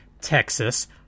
Texas